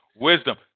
wisdom